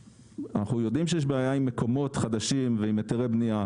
אנחנו יודעים שיש בעיה עם מקומות חדשים ועם היתרי בנייה.